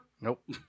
Nope